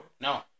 No